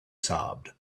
sobbed